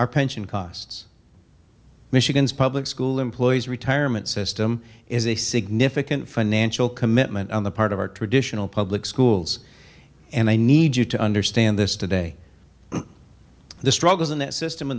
our pension costs michigan's public school employees retirement system is a significant financial commitment on the part of our traditional public schools and i need you to understand this today the struggles in that system in